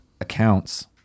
accounts